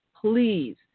please